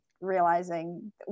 realizing